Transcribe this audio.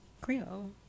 Creole